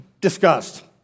discussed